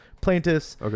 plaintiffs